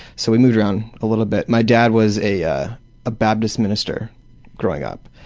so we moved around a little bit. my dad was a ah a baptist minister growing up